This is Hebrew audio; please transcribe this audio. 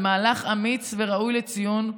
על מהלך אמיץ וראוי לציון,